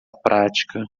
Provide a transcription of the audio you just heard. prática